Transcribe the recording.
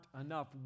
enough